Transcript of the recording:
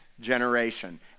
generation